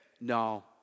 no